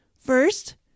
First